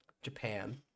japan